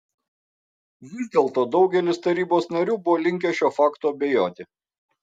vis dėlto daugelis tarybos narių buvo linkę šiuo faktu abejoti